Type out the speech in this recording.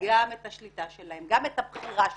גם את השליטה שלהן, גם את הבחירה שלהן,